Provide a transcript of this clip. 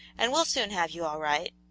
and we'll soon have you all right.